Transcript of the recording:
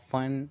Fun